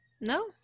No